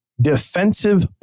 defensive